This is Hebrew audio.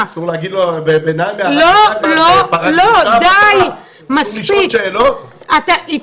אסור להגיד לו --- די מספיק איתמר,